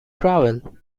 travel